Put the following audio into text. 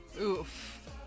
Oof